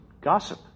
gossip